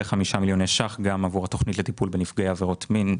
ו-5 מיליוני שקלים עבור התוכנית לטיפול בנפגעי עבירות מין,